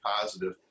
positive